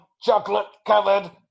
chocolate-covered